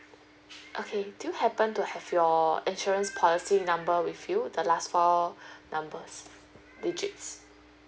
okay do you happen to have your insurance policy number with you the last four numbers digits